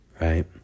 right